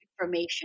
information